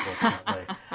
unfortunately